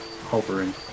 hovering